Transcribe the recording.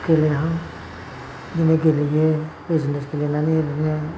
गेलेहां बिदिनो गेलेयो बिजनेस गेलेनानै ओरैनो